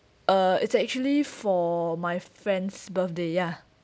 uh it's actually for my friend's birthday ya